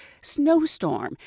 snowstorm